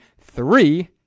three